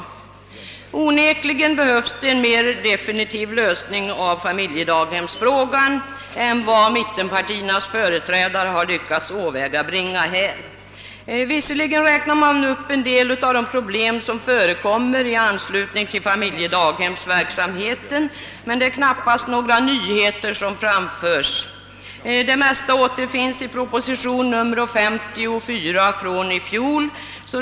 Onekligen behövs det en mer definitiv lösning av familjedaghemsfrågan än den mittenpartiernas företrädare lyckats åvägabringa. Visserligen räknar man upp en del av de problem som förekommer i anslutning till familjedaghemsverksamheten, men det är knappast några nyheter. Det mesta återfinnes i proposition nr 54: 1966.